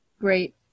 Great